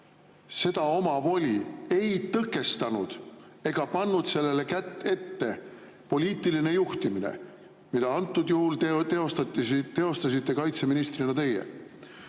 Seda omavoli ei tõkestanud ega pannud sellele kätt ette poliitiline juhtimine, mida antud juhul teostasite kaitseministrina teie.